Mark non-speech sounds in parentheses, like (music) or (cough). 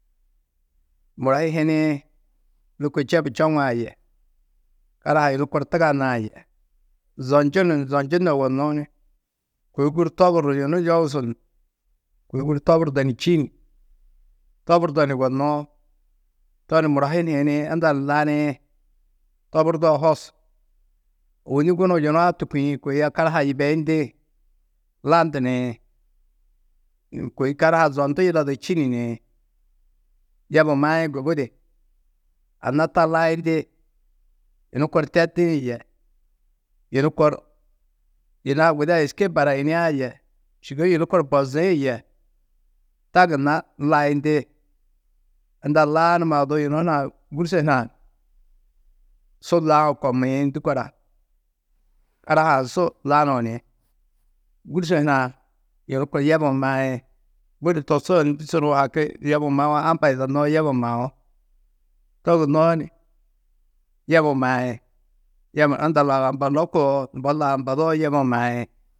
Muro hi hiniĩ lôko čebu čoŋã yê karaha yunu kor tuganã yê. Zonjinu ni zonjuno yugonũú ni kôi guru toburu ni yunu yogusun, koi guru toburdo čîn? Toburdo ni yugonnũú? To ni muro hi ni hiniĩ unda ni laniĩ toburdoo hosu. Ôwoni gunuũ yuna-ã tûkiĩ, kôi a karaha-ã yibeyindĩ landu nîĩ, kôi karaha zondu yidado čî ni niĩ. Yebuũ maĩ gubudi anna taa layindi, yunu kor tedĩ yê, yunu kor yina guda êske barayiniã yê sûgoi yunu kor bozĩ yê taa gunna layindi. Unda laanumaã odu yunu hunã gûrse hunã su naũ kommiĩ ndû kora. Karaha-ã su lanuũ ni gûrse hunã yunu kor yebuũ maĩ. Budi tosuo ni ndî suru haki yebuũ maũwo amba yidannó haki yebuũ maú. To gunnoó ni yebuũ maĩ (unintelligible) unda laũ ambado koo nubo lau ambadoo yebuũ maĩ.